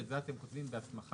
ואת זה אתם כותבים בהסמכה.